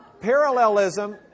Parallelism